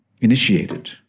initiated